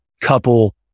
couple